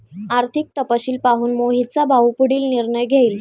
आर्थिक तपशील पाहून मोहितचा भाऊ पुढील निर्णय घेईल